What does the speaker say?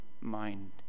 mind